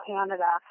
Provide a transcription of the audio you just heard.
Canada